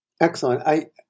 Excellent